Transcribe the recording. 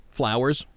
flowers